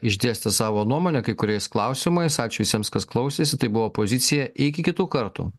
išdėstė savo nuomonę kai kuriais klausimais ačiū visiems kas klausėsi tai buvo opozicija iki kitų kartų